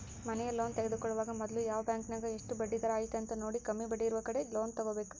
ಮನೆಯ ಲೋನ್ ತೆಗೆದುಕೊಳ್ಳುವಾಗ ಮೊದ್ಲು ಯಾವ ಬ್ಯಾಂಕಿನಗ ಎಷ್ಟು ಬಡ್ಡಿದರ ಐತೆಂತ ನೋಡಿ, ಕಮ್ಮಿ ಬಡ್ಡಿಯಿರುವ ಕಡೆ ಲೋನ್ ತಗೊಬೇಕು